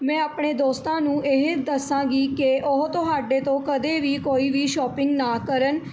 ਮੈਂ ਆਪਣੇ ਦੋਸਤਾਂ ਨੂੰ ਇਹ ਦੱਸਾਂਗੀ ਕਿ ਉਹ ਤੁਹਾਡੇ ਤੋਂ ਕਦੇ ਵੀ ਕੋਈ ਵੀ ਸ਼ੋਪਿੰਗ ਨਾ ਕਰਨ